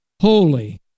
holy